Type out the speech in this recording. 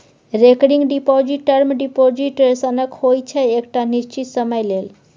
recurring deposit term deposit सनक होइ छै एकटा निश्चित समय लेल